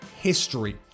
history